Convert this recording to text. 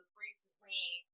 recently